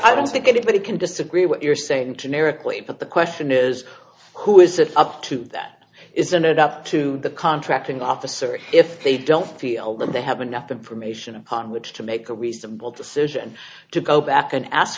i don't think anybody can disagree what you're saying to near equate but the question is who is it up to that isn't it up to the contracting officer if they don't feel that they have enough information upon which to make a reasonable decision to go back and ask